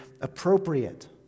appropriate